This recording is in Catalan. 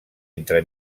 entre